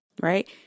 Right